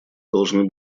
должны